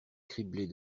criblés